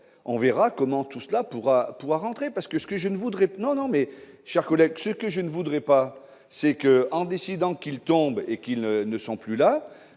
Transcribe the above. on verra comment tout cela pour pouvoir entrer parce que ce que je ne voudrais pas non mais, chers collègues, ce que je ne voudrais pas c'est que, en décidant qu'il tombe et qu'ils ne sont plus là,